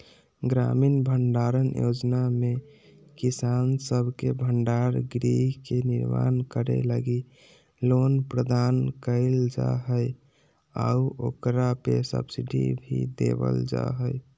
ग्रामीण भंडारण योजना में किसान सब के भंडार गृह के निर्माण करे लगी लोन प्रदान कईल जा हइ आऊ ओकरा पे सब्सिडी भी देवल जा हइ